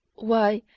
why,